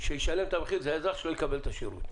שישלם את המחיר זה האזרח שלא יקבל את השירות.